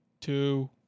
two